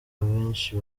abenshi